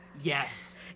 yes